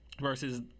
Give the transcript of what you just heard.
versus